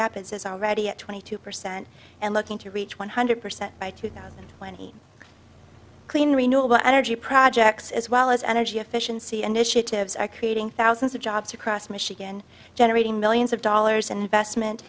rapids is already at twenty two percent and looking to reach one hundred percent by two thousand and twenty clean renewable energy projects as well as energy efficiency initiatives are creating thousands of jobs across michigan generating millions of dollars in investment